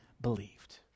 believed